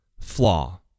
flaw